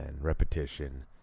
repetition